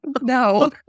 No